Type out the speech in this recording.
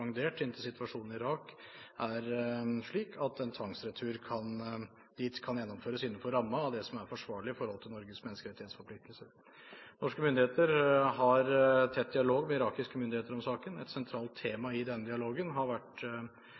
inntil situasjonen i Irak er slik at en tvangsretur dit kan gjennomføres innenfor rammene av det som er forsvarlig i forhold til Norges menneskerettighetsforpliktelser. Norske myndigheter har tett dialog med irakiske myndigheter om saken. Et sentralt tema i denne dialogen har vært